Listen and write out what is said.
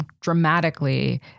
dramatically